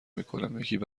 میکنم، یکیش